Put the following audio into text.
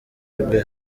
rwe